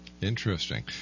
Interesting